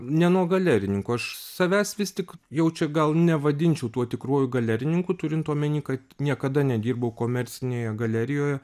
ne nuo galerininkų aš savęs vis tik jau čia gal nevadinčiau tuo tikruoju galerininku turint omeny kad niekada nedirbau komercinėje galerijoje